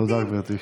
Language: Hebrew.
תודה, גברתי.